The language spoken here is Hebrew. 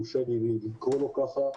אם יורשה לי לקרוא לו כך,